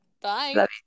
bye